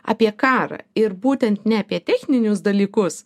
apie karą ir būtent ne apie techninius dalykus